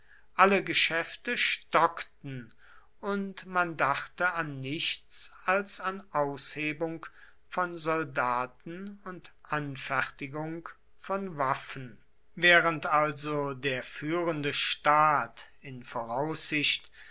alle geschäfte stockten und man dachte an nichts als an aushebung von soldaten und anfertigung von waffen während also der führende staat in voraussicht